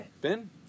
Ben